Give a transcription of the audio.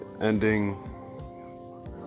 Ending